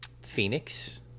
phoenix